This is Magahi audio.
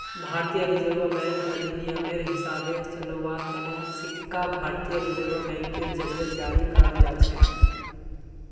भारतीय रिजर्व बैंक अधिनियमेर हिसाबे चलव्वार तने सिक्का भारतीय रिजर्व बैंकेर जरीए जारी कराल जाछेक